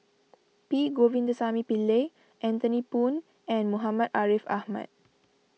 P Govindasamy Pillai Anthony Poon and Muhammad Ariff Ahmad